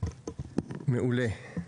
מעולה.